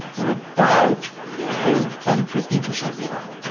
we're about ten, fifteen percent behind.